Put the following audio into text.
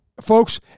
folks